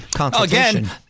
Again